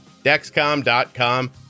Dexcom.com